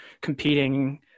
competing